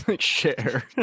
share